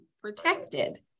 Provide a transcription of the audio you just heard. protected